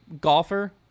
golfer